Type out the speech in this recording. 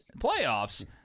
playoffs